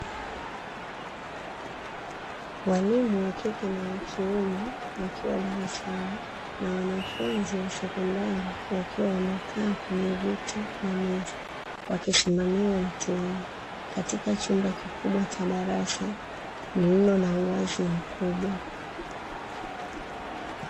Mwalimu wa kike na wakiume wakiwa darasani na wanafunzi wa sekondari, wakiwa wamekaa kwenye viti na meza, wakisimamiwa mtihani katika chumba kikubwa cha darasa lililo na uwazi mkubwa.